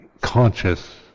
conscious